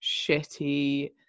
shitty